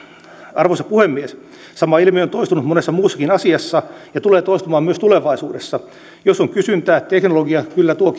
arvoisa puhemies sama ilmiö on toistunut monessa muussakin asiassa ja tulee toistumaan myös tulevaisuudessa jos on kysyntää teknologia kyllä tuo